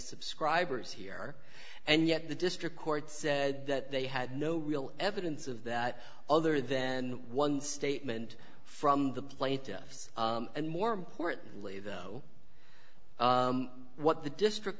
subscribers here and yet the district court said that they had no real evidence of that other than one statement from the plaintiffs and more importantly though what the district